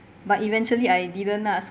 but eventually I didn't ah so